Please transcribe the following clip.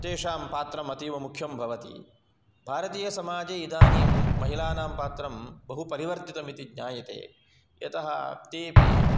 तषां पात्रम् अतीव मुख्यं भवति भारतीयसमाजे इदानीं महिलानां पात्रं बहु परिवर्तितम् इति ज्ञायते यतः तेपि